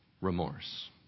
remorse